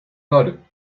blood